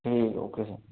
جی okay سر